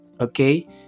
okay